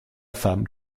femme